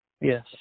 Yes